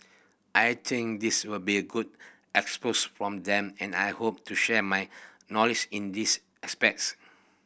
I think this will be a good expose from them and I hope to share my knowledge in this aspects